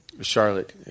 Charlotte